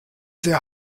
sehr